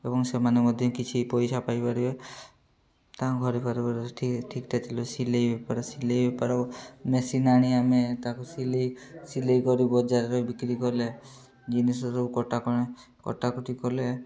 ଏବଂ ସେମାନେ ମଧ୍ୟ କିଛି ପଇସା ପାଇପାରିବେ ତାଙ୍କ ଘର ପାଖରେ ଠିକ ଠିକ୍ଟା ଥିଲ ସିଲେଇ ବେପାର ସିଲେଇ ବେପାର ମେସିନ୍ ଆଣି ଆମେ ତାକୁ ସିଲେଇ ସିଲେଇ କରି ବଜାରରେ ବିକ୍ରି କଲେ ଜିନିଷ ସବୁ କଟା କ'ଣ କଟାକଟି କଲେ